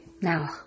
Now